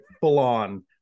full-on